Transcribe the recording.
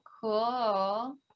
cool